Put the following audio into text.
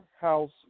house